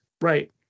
Right